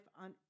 on